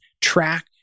track